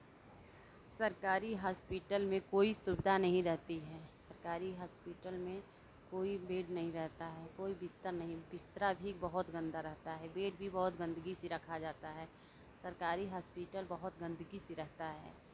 सरकारी हॉस्पिटल में कोई सुविधा नहीं रहती है सरकारी हॉस्पिटल में कोई बेड नहीं रहता है कोई बिस्तर नहीं बिस्तरा भी बहुत गंदा रहता है बेड भी बहुत गंदगी से रखा रहता है सरकारी हॉस्पिटल बहुत गंदगी से रहता है